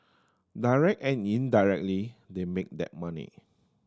direct and indirectly they make that money